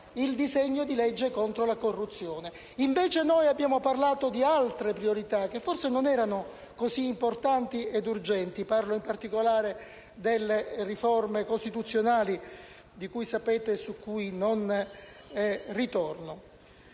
il disegno di legge contro la corruzione. Invece, noi abbiamo parlato di altre priorità, che forse non erano così importanti e urgenti (mi riferisco in particolare alle riforme costituzionali, di cui sapete e su cui non ritorno).